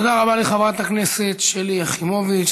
תודה רבה לחברת הכנסת שלי יחימוביץ.